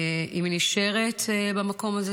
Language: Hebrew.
אם היא נשארת במקום הזה,